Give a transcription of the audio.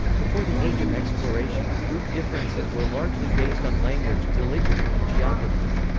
before the age of exploration, group differences were largely based on language, religion, and geography.